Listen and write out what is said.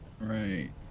Right